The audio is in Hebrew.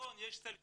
נכון יש סל קליטה,